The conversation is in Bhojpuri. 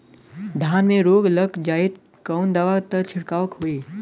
धान में रोग लग जाईत कवन दवा क छिड़काव होई?